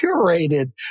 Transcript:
curated